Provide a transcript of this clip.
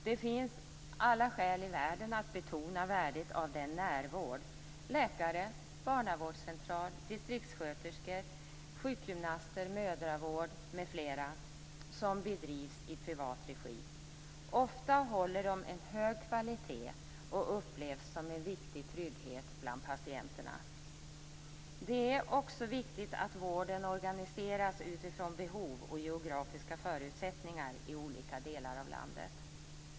Det finns alla skäl i världen att betona värdet av den närvård - läkare, barnavårdscentral, distriktssköterskor, sjukgymnaster, mödravård m.fl. - som bedrivs i privat regi. Ofta håller de en hög kvalitet och upplevs som en viktig trygghet bland patienterna. Det är också viktigt att vården organiseras utifrån behov och geografiska förutsättningar i olika delar av landet.